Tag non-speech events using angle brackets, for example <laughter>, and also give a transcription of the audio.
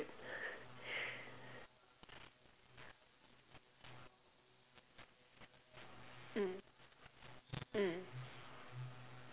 <laughs> mm mm